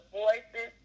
voices